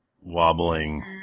wobbling